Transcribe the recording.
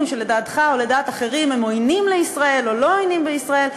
שלדעתך או לדעת אחרים הם עוינים לישראל או לא עוינים לישראל,